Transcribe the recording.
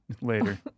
later